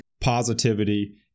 positivity